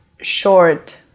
short